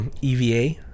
EVA